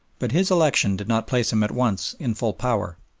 but his election did not place him at once in full power.